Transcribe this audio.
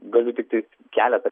galiu tiktai keletą